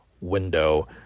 window